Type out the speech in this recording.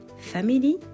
Family